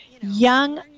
young